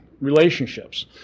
relationships